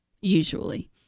Usually